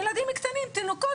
ילדים קטנים תינוקות,